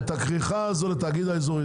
הכריכה הזו לתאגיד האזורי.